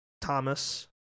Thomas